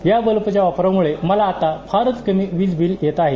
या बल्बच्या वापरामुळे मला आता खूपच कमी वीज बील येत आहे